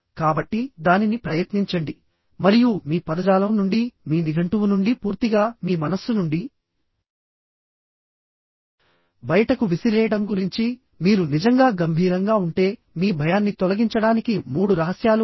కాబట్టి దానిని ప్రయత్నించండి మరియు మీ పదజాలం నుండి మీ నిఘంటువు నుండి పూర్తిగా మీ మనస్సు నుండి బయటకు విసిరేయడం గురించి మీరు నిజంగా గంభీరంగా ఉంటే మీ భయాన్ని తొలగించడానికి మూడు రహస్యాలు ఉన్నాయి